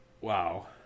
Wow